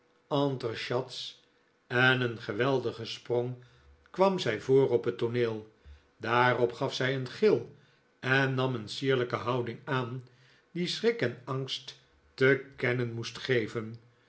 entrechats en een geweldigen sprong kwam zij voor op het tooneel daarop gaf zij een gil en nam een sierlijke houding aan die schrik en angst te kennen moest geven